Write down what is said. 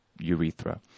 urethra